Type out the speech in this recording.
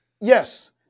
Yes